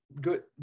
good